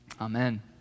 Amen